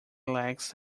lacks